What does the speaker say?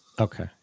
Okay